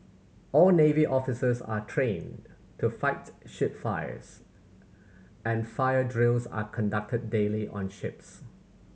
all navy officers are trained to fight ship fires and fire drills are conducted daily on ships